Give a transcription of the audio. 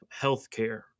healthcare